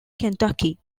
kentucky